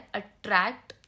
attract